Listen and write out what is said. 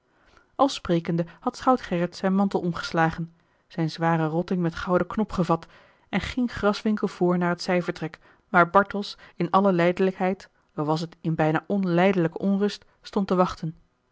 al sprekende had schout gerrit zijn mantel omgeslagen zijn zwaren rotting met gouden knop gevat en ging graswinckel voor naar het zijvertrek waar bartels in alle lijdelijkheid al was het in bijna onlijdelijke onrust stond te wachten